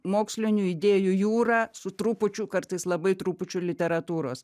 mokslinių idėjų jūrą su trupučiu kartais labai trupučiu literatūros